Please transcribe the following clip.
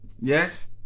yes